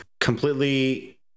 completely